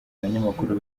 abanyamakuru